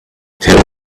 there